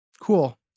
Cool